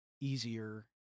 easier